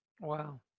Wow